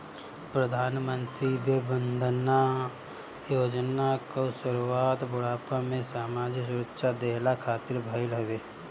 प्रधानमंत्री वय वंदना योजना कअ शुरुआत बुढ़ापा में सामाजिक सुरक्षा देहला खातिर भईल हवे